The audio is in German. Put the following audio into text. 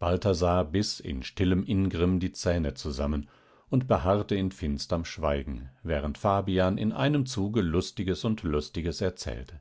balthasar biß in stillem ingrimm die zähne zusammen und beharrte in finsterm schweigen während fabian in einem zuge lustiges und lustiges erzählte